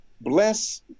bless